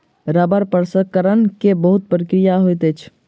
रबड़ प्रसंस्करण के बहुत प्रक्रिया होइत अछि